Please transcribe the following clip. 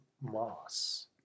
Moss